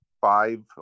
five